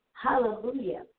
Hallelujah